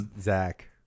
Zach